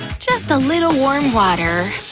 just a little warm water,